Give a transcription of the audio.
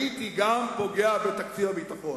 הייתי גם פוגע בתקציב הביטחון,